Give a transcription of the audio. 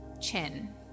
chin